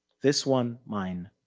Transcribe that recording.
this one, mine,